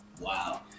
wow